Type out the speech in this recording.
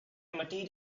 material